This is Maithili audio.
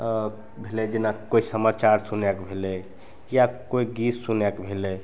भेलै जेना कोइ समाचार सुनैके भेलै या कोइ गीत सुनैके भेलै